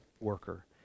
worker